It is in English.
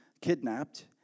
kidnapped